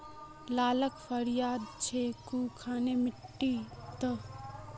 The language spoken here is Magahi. लालका फलिया छै कुनखान मिट्टी त?